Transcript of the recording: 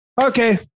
Okay